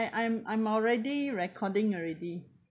am I'm already recording already